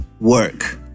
work